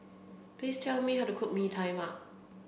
please tell me how to cook Mee Tai Mak